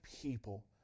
people